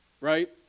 Right